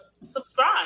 subscribe